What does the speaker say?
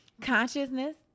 consciousness